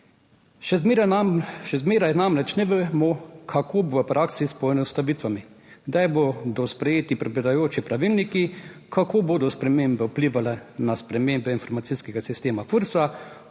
Še zmeraj namreč ne vemo, kako bo v praksi s poenostavitvami, kdaj bodo sprejeti pripadajoči pravilniki, kako bodo spremembe vplivale na spremembe informacijskega sistema FURS,